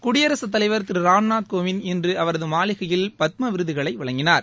குடியரசு தலைவர் திரு ராமநாத் கோவிந்த் இன்று அவரது மாளிகையில் இன்று பத்ம விருதுகளை வழங்கினார்